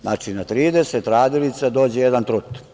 Znači, na 30 radilica dođe jedan trut.